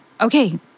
okay